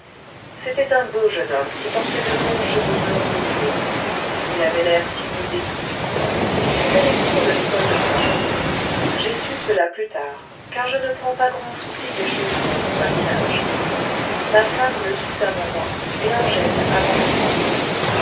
c'était un beau jeune homme qui portait de longs cheveux blonds bouclés il avait l'air timide et doux il suivait les cours de l'école de droit j'ai su cela plus tard car je ne prends pas grand souci des choses de notre voisinage ma femme le sut avant moi et angèle avant ma femme